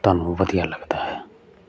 ਤੁਹਾਨੂੰ ਵਧੀਆ ਲੱਗਦਾ ਹੈ